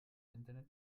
internet